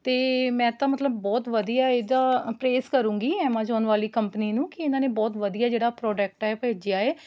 ਅਤੇ ਮੈਂ ਤਾਂ ਮਤਲਬ ਬਹੁਤ ਵਧੀਆ ਇਹਦਾ ਪਰੇਸ ਕਰੂੰਗੀ ਐਮਾਜ਼ੋਨ ਵਾਲੀ ਕੰਪਨੀ ਨੂੰ ਕਿ ਇਨ੍ਹਾਂ ਨੇ ਬਹੁਤ ਵਧੀਆ ਜਿਹੜਾ ਪ੍ਰੋਡਕਟ ਹੈ ਭੇਜਿਆ ਏ